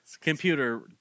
Computer